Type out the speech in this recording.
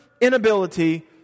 inability